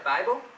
Bible